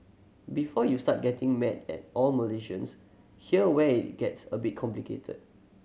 before you start getting mad at all Malaysians here where gets a bit complicated